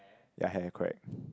ya hair correct